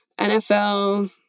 NFL—